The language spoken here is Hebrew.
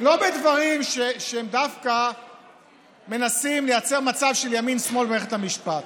לא בדברים שדווקא מנסים לייצר מצב של ימין שמאל במערכת המשפט.